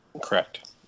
Correct